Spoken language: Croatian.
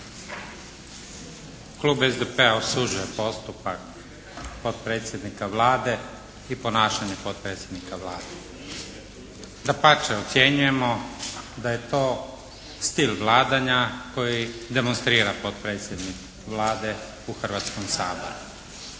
Klub SDP-a osuđuje postupak potpredsjednika Vlade i ponašanje potpredsjednika Vlade. Dapače, ocjenjujemo da je to stil vladanja koji demonstrira potpredsjednik Vlade u Hrvatskom saboru.